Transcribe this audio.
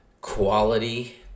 quality